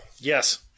Yes